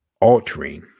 altering